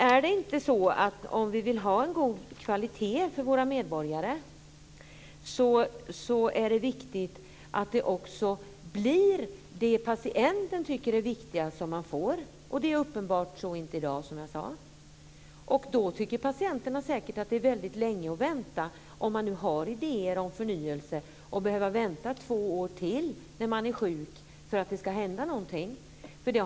Är det inte så att om vi vill ha en god kvalitet för våra medborgare är det viktigt att det också blir det som patienten tycker är viktigt som man får? Så är det uppenbart inte i dag, som jag sade. Då tycker patienterna säkert att det är väldigt långt att behöva vänta, om man nu har idéer om förnyelse, två år till för att det ska hända något när man är sjuk.